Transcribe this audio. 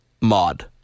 mod